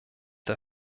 der